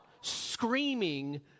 screaming